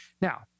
Now